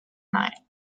night